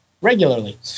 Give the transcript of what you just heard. regularly